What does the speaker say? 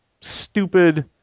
stupid